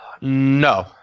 No